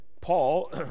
Paul